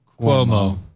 Cuomo